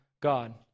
God